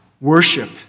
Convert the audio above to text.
worship